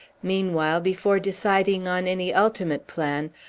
meanwhile, before deciding on any ultimate plan,